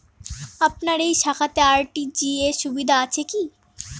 আপনার এই শাখাতে আর.টি.জি.এস সুবিধা আছে কি?